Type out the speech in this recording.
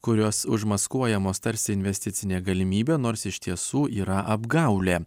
kurios užmaskuojamos tarsi investicinė galimybė nors iš tiesų yra apgaulė